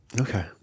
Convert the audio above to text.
Okay